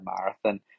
marathon